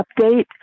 update